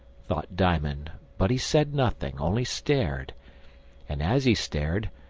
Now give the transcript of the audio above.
thought diamond, but he said nothing, only stared and as he stared,